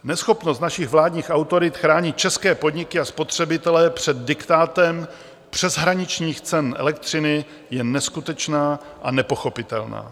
Neschopnost našich vládních autorit chránit české podniky a spotřebitele před diktátem přeshraničních cen elektřiny je neskutečná a nepochopitelná.